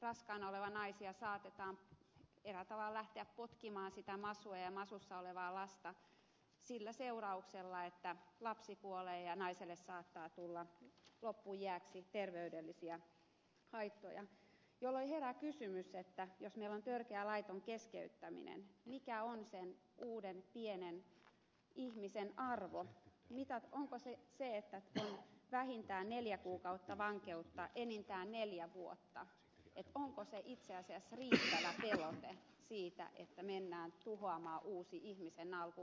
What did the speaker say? raskaana olevia naisia saatetaan eräällä tavalla lähteä potkimaan sitä masua ja masussa olevaa lasta sillä seurauksella että lapsi kuolee ja naiselle saattaa tulla loppuiäksi terveydellisiä haittoja jolloin herää kysymys että jos meillä on törkeä laiton keskeyttäminen mikä on sen uuden pienen ihmisen arvo onko se se että tulee vähintään neljä kuukautta vankeutta enintään neljä vuotta onko se itse asiassa riittävä pelote siitä että mennään tuhoamaan uusi ihmisen alku